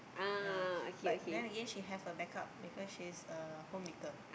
ya but then again she have a backup because she is a homemaker